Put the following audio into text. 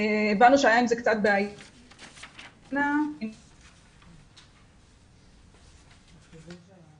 הבנו שהייתה עם זה בעיה.